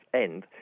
end